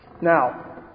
Now